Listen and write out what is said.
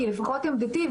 כי לפחות עמדתי,